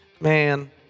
Man